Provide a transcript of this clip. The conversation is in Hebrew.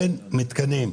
אין מתקנים.